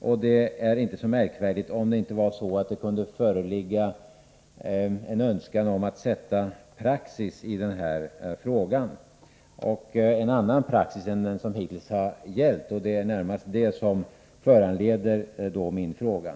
och utslaget skulle mot den bakgrunden inte vara så anmärkningsvärt. Det kunde dock föreligga en önskan om att få en annan praxis i den här frågan än vad som hittills gällt fastställd, och det är närmast det som föranleder min fråga.